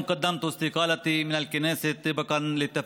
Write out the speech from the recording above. מיקי זוהר חושב שאתה בובה.